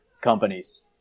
companies